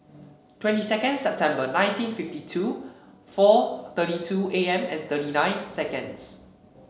twenty second September nineteen fifty two four thirty two A M and thirty nine seconds